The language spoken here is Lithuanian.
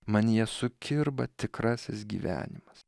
manyje sukirba tikrasis gyvenimas